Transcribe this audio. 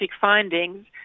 findings